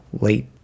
late